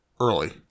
early